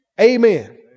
Amen